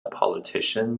politician